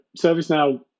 ServiceNow